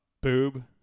boob